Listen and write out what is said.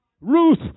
Ruth